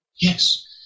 Yes